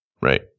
Right